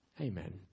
Amen